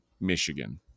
Michigan